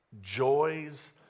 joys